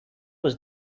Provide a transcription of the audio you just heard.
was